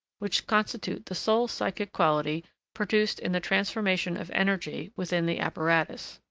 which constitute the sole psychic quality produced in the transformation of energy within the apparatus.